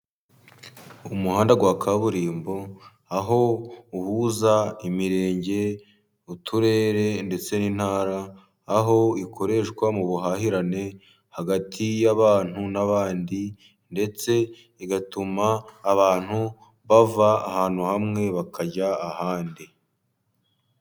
Umuhanda wa kaburimbo, aho uhuza imirenge, uturere, ndetse n'intara, aho ikoreshwa mu buhahirane, hagati y'abantu n'abandi, ndetse igatuma abantu bava ahantu hamwe bakajya ahandi.